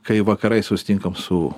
kai vakarais susitinkam su